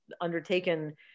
undertaken